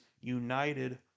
united